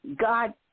God